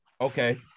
Okay